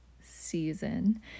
season